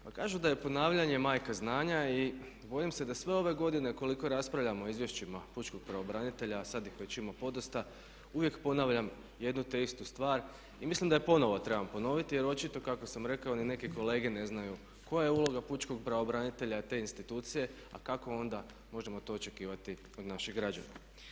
Pa kažu da je ponavljanje majka znanja i bojim se da sve ove godine koliko raspravljamo o izvješćima pučkog pravobranitelja a sad ih već ima podosta uvijek ponavljam jednu te istu stvar i mislim da je ponovno trebam ponoviti jer očito kako sam rekao ni neke kolege ne znaju koja je uloga pučkog pravobranitelja, te institucije a kako onda možemo to očekivati od naših građana.